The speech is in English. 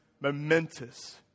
momentous